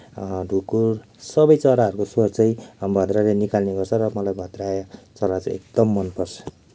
ढुक्कुर सबै चराहरूको स्वर चाहिँ भद्रायोले निकाल्ने गर्छ र मलाई भद्रायो चरा चाहिँ एकदम मनपर्छ